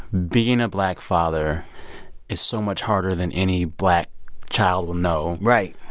being a black father is so much harder than any black child will know. right,